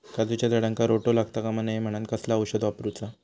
काजूच्या झाडांका रोटो लागता कमा नये म्हनान कसला औषध वापरूचा?